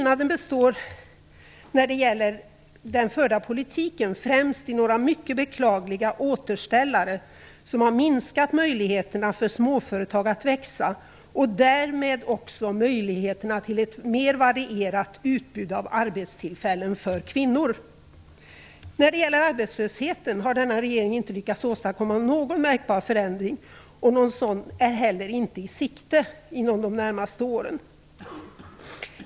När det gäller den förda politiken består skillnaden mest i några mycket beklagliga återställare som har minskat möjligheterna för småföretag att växa, och därmed också möjligheterna till ett mer varierat utbud av arbetstillfällen för kvinnor. När det gäller arbetslösheten har denna regering inte lyckats åstadkomma någon märkbar förändring. Någon sådan är heller inte i sikte inom de närmaste åren.